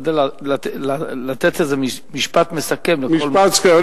תשתדל לתת איזה משפט מסכם לכל מה שאמרת.